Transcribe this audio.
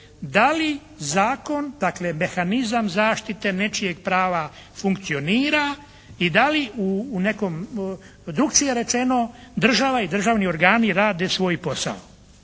da li zakon, dakle mehanizam zaštite nečijeg prava funkcionira i da li u nekom drukčije rečeno država i državni organi rade svoj posao.